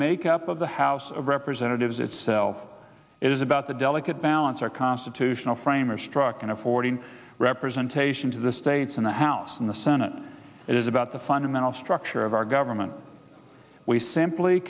makeup of the house of representatives itself it is about the delicate balance our constitutional framers struck in affording representation to the states in the house and the senate it is about the fundamental structure of our government we simply